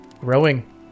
Growing